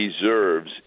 deserves